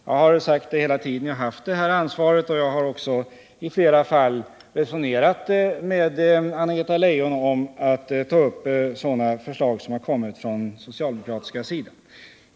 Jag har sagt det hela tiden som jag har haft det här ansvaret, och jag har också i flera fall resonerat med Anna-Greta Leijon om att ta upp förslag som kommit från den socialdemokratiska sidan.